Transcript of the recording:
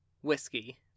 whiskey